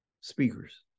speakers